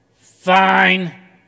Fine